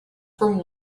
from